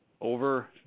over